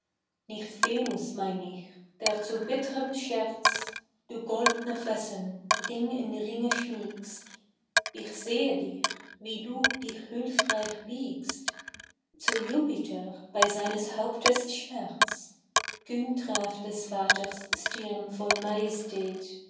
nicht venus mein ich der zu bittrem scherz du goldne fesseln ring in ringe schmiegst ich sehe dich wie du dich hülfreich biegst zu jupiter bei seines hauptes schmerz kühn traf des vaters stirn voll majestät